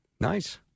Nice